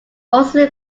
also